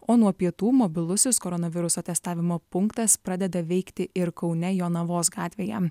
o nuo pietų mobilusis koronaviruso testavimo punktas pradeda veikti ir kaune jonavos gatvėje